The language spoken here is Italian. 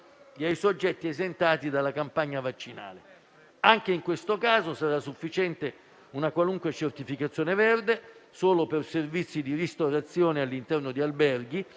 e ai soggetti esentati dalla campagna vaccinale. Anche in questo caso sarà sufficiente una qualunque certificazione verde solo per i servizi di ristorazione all'interno di alberghi